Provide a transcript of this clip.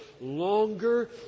longer